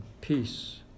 peace